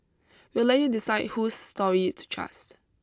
we'll let you decide whose story to trust